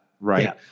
right